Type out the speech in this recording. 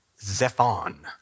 Zephon